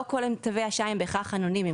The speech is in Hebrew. לא כל תווי השי הם בהכרח אנונימיים.